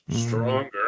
Stronger